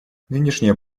нынешнее